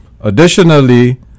Additionally